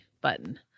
button